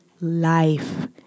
life